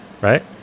right